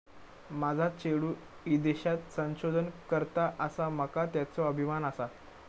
माझा चेडू ईदेशात संशोधन करता आसा, माका त्येचो अभिमान आसा